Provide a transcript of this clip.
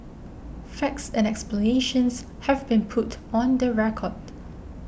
facts and explanations have been put on the record